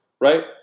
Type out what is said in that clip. right